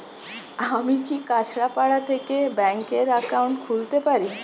আমি কি কাছরাপাড়া থেকে ব্যাংকের একাউন্ট খুলতে পারি?